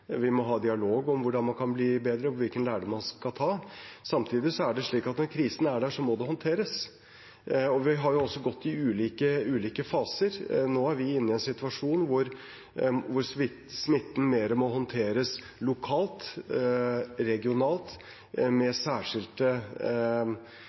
Vi må ha dialog om hvordan man kan bli bedre, og hvilke lærdommer man skal ta. Samtidig er det slik at når krisen er der, må den håndteres, og det har vært ulike faser. Nå er vi inne i en situasjon hvor smitten må håndteres mer lokalt og regionalt,